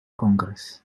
congress